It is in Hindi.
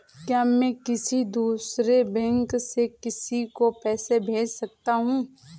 क्या मैं किसी दूसरे बैंक से किसी को पैसे भेज सकता हूँ?